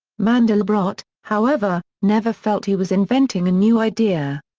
mandelbrot, however, never felt he was inventing a new idea.